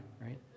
right